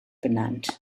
benannt